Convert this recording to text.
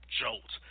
jolt